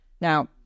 Now